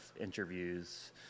interviews